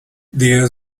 der